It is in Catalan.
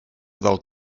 del